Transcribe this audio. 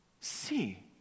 See